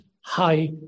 high